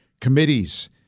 committees